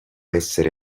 essere